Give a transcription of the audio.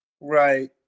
Right